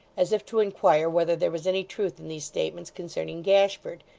as if to inquire whether there was any truth in these statements concerning gashford,